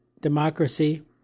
democracy